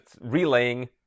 relaying